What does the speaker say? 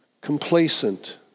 Complacent